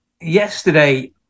yesterday